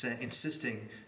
insisting